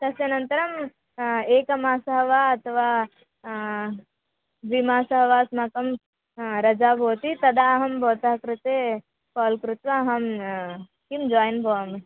तस्य अनन्तरम् एकमासः वा अथवा द्विमासः वा अस्माकं रजा भवति तदा अहं भवतः कृते काल् कृत्वा अहं किं जायिन् भवामि